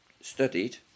studied